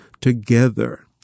together